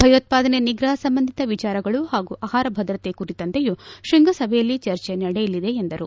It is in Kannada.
ಭಯೋತ್ವಾದನೆ ನಿಗ್ರಹ ಸಂಬಂಧಿತ ವಿಚಾರಗಳು ಹಾಗೂ ಆಹಾರ ಭದ್ರತೆ ಕುರಿತಂತೆಯೂ ಶ್ಪಂಗಸಭೆಯಲ್ಲಿ ಚರ್ಚೆ ನಡೆಯಲಿದೆ ಎಂದರು